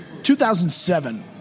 2007